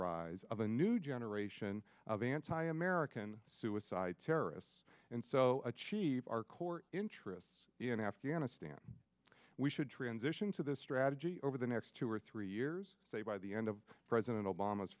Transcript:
rise of a new generation of anti american suicide terrorists and so achieve our core interests in afghanistan we should transition to this strategy over the next two or three years by the end of president